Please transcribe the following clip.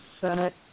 Senate